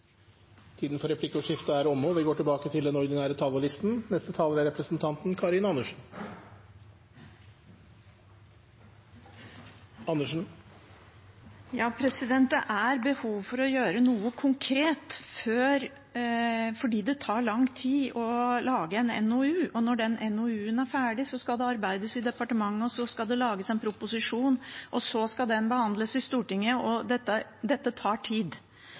er omme. Det er behov for å gjøre noe konkret fordi det tar lang tid å lage en NOU, og når den NOU-en er ferdig, skal det arbeides i departementet, det skal lages en proposisjon, og så skal den behandles i Stortinget. Dette tar tid